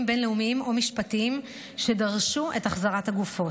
בין-לאומיים או משפטיים שדרשו את החזרת הגופות.